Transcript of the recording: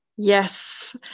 Yes